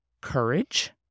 courage